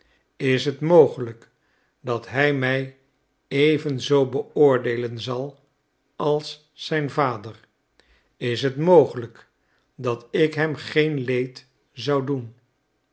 is het mogelijk dat hij mij even zoo beoordeelen zal als zijn vader is het mogelijk dat ik hem geen leed zou doen